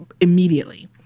immediately